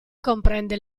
comprende